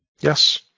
Yes